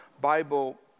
Bible